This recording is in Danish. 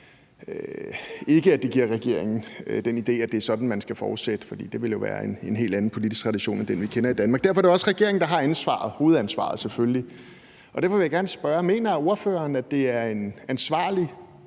ikke, at det giver regeringen den idé, at det er sådan, man skal fortsætte, for det vil jo være en helt anden politisk tradition end den, vi kender i Danmark. Derfor er det også regeringen, der har ansvaret, hovedansvaret selvfølgelig. Derfor vil jeg gerne spørge, om ordføreren mener, at det er en ansvarlig